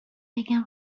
بگم